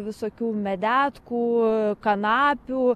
visokių medetkų kanapių